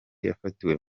yafatiwe